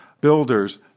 builders